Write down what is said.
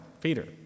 Peter